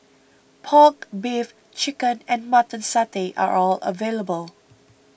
Pork Beef Chicken and Mutton Satay are all available